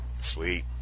Sweet